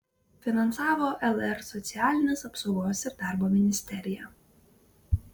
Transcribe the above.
finansavo lr socialinės apsaugos ir darbo ministerija